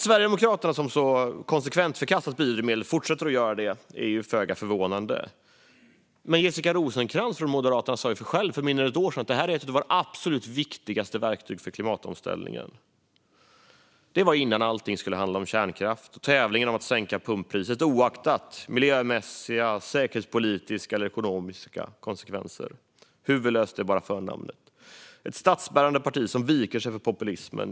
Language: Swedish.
Sverigedemokraterna har konsekvent förkastat biodrivmedel, och att man fortsätter att göra det är föga förvånande. Men Jessica Rosencrantz från Moderaterna sa själv för mindre än ett år sedan att detta är ett av våra absolut viktigaste verktyg för klimatomställningen. Det var innan allting skulle handla om kärnkraft och före tävlingen om att sänka pumppriset oavsett miljömässiga, säkerhetspolitiska eller ekonomiska konsekvenser. Huvudlöst är bara förnamnet. Det är sorgligt och skadligt med ett statsbärande parti som viker sig för populismen.